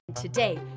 Today